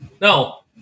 No